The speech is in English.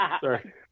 Sorry